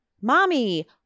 Mommy